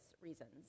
reasons